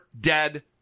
dead